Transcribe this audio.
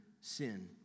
sin